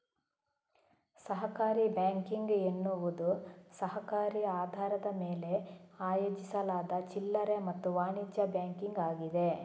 ಸಹಕಾರಿ ಬ್ಯಾಂಕಿಂಗ್ ಎನ್ನುವುದು ಸಹಕಾರಿ ಆಧಾರದ ಮೇಲೆ ಆಯೋಜಿಸಲಾದ ಚಿಲ್ಲರೆ ಮತ್ತು ವಾಣಿಜ್ಯ ಬ್ಯಾಂಕಿಂಗ್ ಆಗಿದೆ